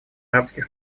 арабских